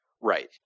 Right